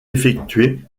effectué